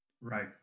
Right